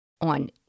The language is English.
on